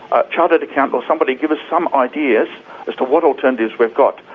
a chartered accountant or somebody, give us some ideas as to what alternatives we've got,